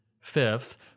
Fifth